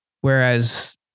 Whereas